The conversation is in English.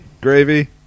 gravy